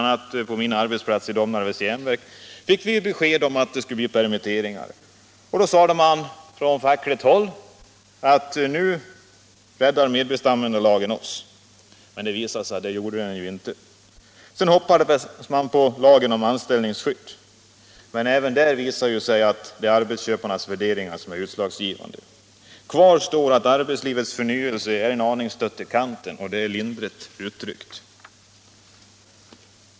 a. på min arbetsplats i Domnarvets Jernverk fick vi besked om att det skulle bli permitteringar, och då sade man från fackföreningshåll att medbestäm Allmänpolitisk debatt Allmänpolitisk debatt mandelagen kommer att rädda oss. Det gjorde den inte. Sedan hoppades man på lagen om anställningsskydd. Men även där visade det sig att det är arbetsköparnas värderingar som är utslagsgivande. Det står kvar att arbetslivets förnyelse är en aning stött i kanten, lindrigt uttryckt.